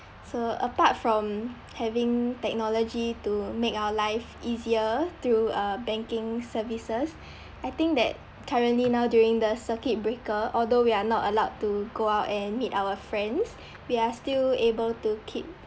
so apart from having technology to make our life easier through uh banking services I think that currently now during the circuit breaker although we are not allowed to go out and meet our friends we are still able to keep